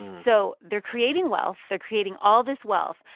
so they're creating wealth. they're creating all this wealth,